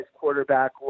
quarterback